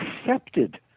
accepted